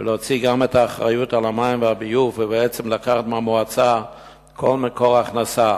להוציא גם את האחריות על המים והביוב ובעצם לקחת מהמועצה כל מקור הכנסה,